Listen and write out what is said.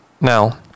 Now